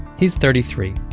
he's thirty-three.